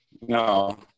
no